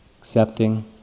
accepting